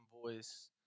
Voice